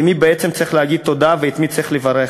למי בעצם צריך להגיד תודה ואת מי צריך לברך,